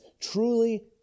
truly